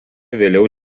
vėliau